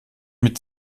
mit